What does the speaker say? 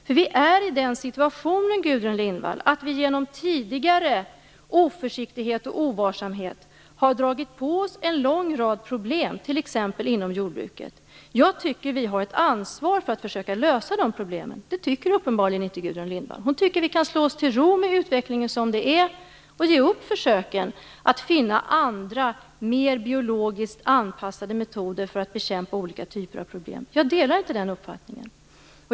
Men vi är ju i den situationen, Gudrun Lindvall, att vi genom tidigare oförsiktighet och ovarsamhet har dragit på oss en lång rad problem, t.ex. inom jordbruket. Jag tycker att vi har ett ansvar för att försöka lösa de problemen. Det tycker uppenbarligen inte Gudrun Lindvall. Hon tycker att vi kan slå oss till ro med utvecklingen som den är och ge upp försöken att finna andra, mer biologiskt anpassade metoder för att bekämpa olika typer av problem. Jag delar inte den uppfattningen.